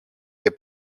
και